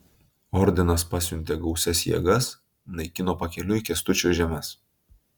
ordinas pasiuntė gausias jėgas naikino pakeliui kęstučio žemes